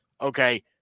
okay